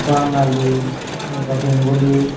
बाङालि एबा बेंगलि